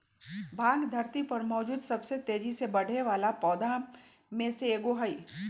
भांग धरती पर मौजूद सबसे तेजी से बढ़ेवाला पौधा में से एगो हई